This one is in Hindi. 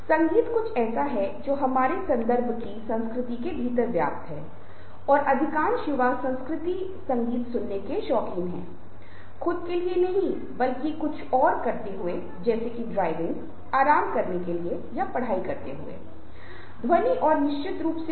और अच्छा संपर्क बनाने के संदर्भ मेंसॉफ्ट स्किल्स के संदर्भ में किसी को बहुत सावधानी बरतने की आवश्यकता होती है जब किसी से सलाह देने की उम्मीद की जाती है और शायद समय के अन्य अंकों पर ऐसा करना अच्छा नहीं होता है